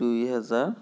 দুই হেজাৰ